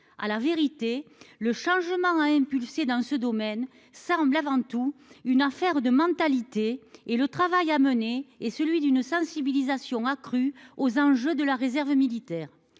à la vérité. Le changement impulsé dans ce domaine semble avant tout une affaire de mentalité et le travail à mener est celui d'une sensibilisation accrue aux enjeux de la réserve militaire